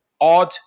odd